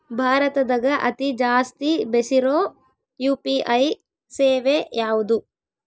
ಭಾರತದಗ ಅತಿ ಜಾಸ್ತಿ ಬೆಸಿರೊ ಯು.ಪಿ.ಐ ಸೇವೆ ಯಾವ್ದು?